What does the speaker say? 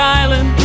island